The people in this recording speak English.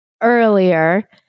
earlier